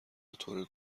بطور